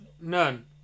None